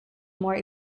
more